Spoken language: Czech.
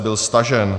C byl stažen.